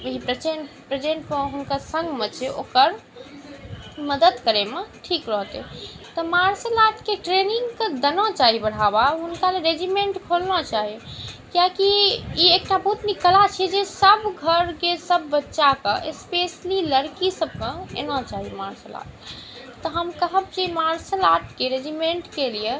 जे प्रजेन्टमे हुनका सङ्गमे छै ओकर मदद करैमे ठीक रहतै तऽ मार्शल आर्टके ट्रेनिंगके तऽ देना चाही बढ़ावा ओकरा लए रेजीमेण्ट खोलना चाही किएकि ई एकटा बहुत नीक कला छै जे सभ घरके सभ बच्चाके स्पेशली लड़की सभके आना चाही मार्शल आर्ट तऽ हम कहब कि मार्शल आर्टके रेजीमेण्टके लिए